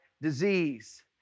Disease